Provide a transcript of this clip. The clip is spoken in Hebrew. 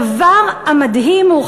הדבר המדהים הוא,